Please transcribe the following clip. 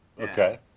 Okay